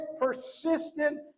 persistent